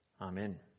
Amen